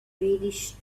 greenish